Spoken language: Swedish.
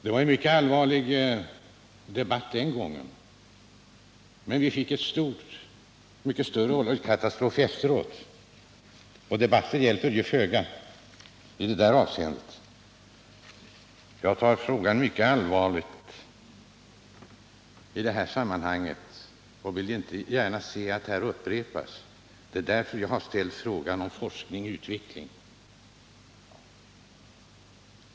Det blev en hycket allvarlig debatt den gången, men ändå inträffade det en mycket större oljekatastrof efteråt. Debatter hjälper sålunda föga i det avseendet. Jag tar saken mycket allvarligt och vill inte se en sådan oljenedsmutsning upprepas, och det är därför som jag har ställt frågan om forskning och utveckling.